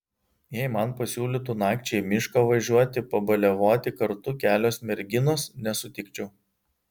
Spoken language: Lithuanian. jei man pasiūlytų nakčiai į mišką važiuoti pabaliavoti kartu kelios merginos nesutikčiau